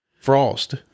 Frost